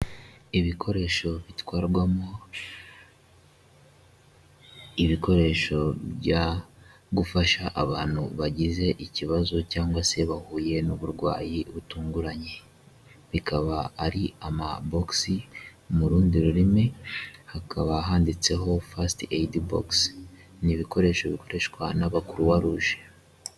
Ibikoresho bitwarwamo, ibikoresho bya gufasha abantu bagize ikibazo cyangwa se bahuye n'uburwayi butunguranye, bikaba ari amabogisi mu rundi rurimi, hakaba handitseho fasite eyibibogisi, ni ibikoresho bikoreshwa n'abakuruwaruje.